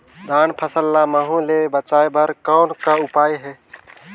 धान फसल ल महू ले बचाय बर कौन का उपाय हे?